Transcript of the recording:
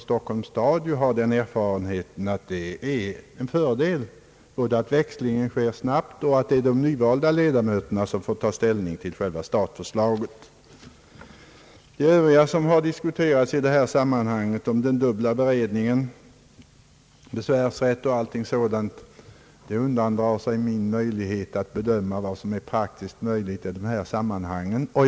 Stockholms stad har nämligen gjort den erfarenheten att det är till fördel både att växlingar sker snabbt och att de nyvalda ledamöterna får ta ställning till statförslaget. När det gäller övriga frågor som har diskuterats i detta sammanhang — den dubbla beredningen, besvärsrätt m.m. — har jag inte möjlighet att bedöma vad som är praktiskt möjligt att genomföra.